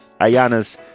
Ayana's